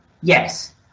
Yes